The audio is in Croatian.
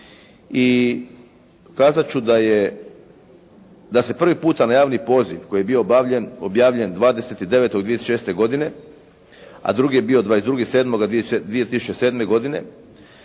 i kazati ću da se prvi puta na javni poziv koji je bio objavljen 20.9.2006. godine, a drugi je bio 22.7.2007. godine,